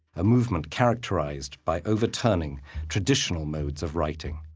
a movement characterized by overturning traditional modes of writing.